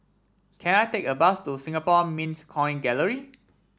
can I take a bus to Singapore Mint Coin Gallery